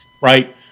right